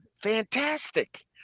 fantastic